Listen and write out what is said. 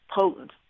potent